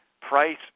price